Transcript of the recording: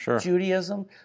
Judaism